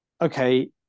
okay